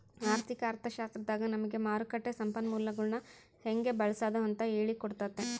ಆರ್ಥಿಕ ಅರ್ಥಶಾಸ್ತ್ರದಾಗ ನಮಿಗೆ ಮಾರುಕಟ್ಟ ಸಂಪನ್ಮೂಲಗುಳ್ನ ಹೆಂಗೆ ಬಳ್ಸಾದು ಅಂತ ಹೇಳಿ ಕೊಟ್ತತೆ